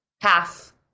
half